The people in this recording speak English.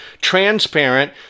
transparent